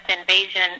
invasion